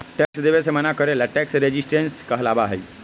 tax देवे से मना करे ला टैक्स रेजिस्टेंस कहलाबा हई